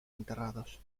enterrados